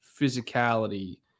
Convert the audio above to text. physicality